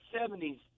seventies